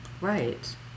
Right